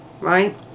right